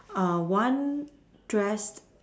err one dressed